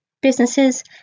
businesses